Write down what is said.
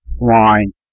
line